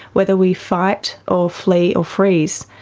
whether we fight or flee or freeze,